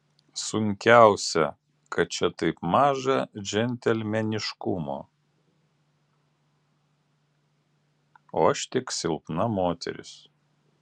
sunkiausia kad čia taip maža džentelmeniškumo o aš tik silpna moteris